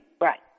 Right